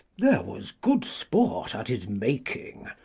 there was good sport at his making,